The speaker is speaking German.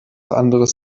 anderes